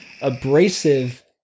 abrasive